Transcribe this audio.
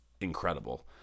incredible